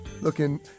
looking